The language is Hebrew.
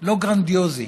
לא גרנדיוזי,